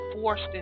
forced